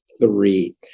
three